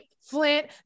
Flint